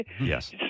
Yes